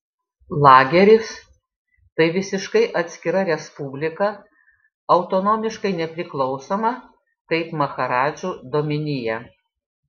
lageris tai visiškai atskira respublika autonomiškai nepriklausoma kaip maharadžų dominija